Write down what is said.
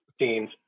scenes